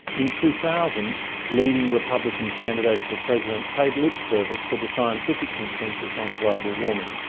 in two thousand leading republican candidates for president paid lip service to the scientific consensus on global warming.